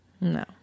No